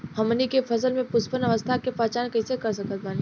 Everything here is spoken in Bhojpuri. हमनी के फसल में पुष्पन अवस्था के पहचान कइसे कर सकत बानी?